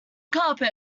carpet